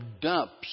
dumps